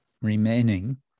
remaining